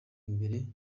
imbere